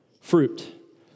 fruit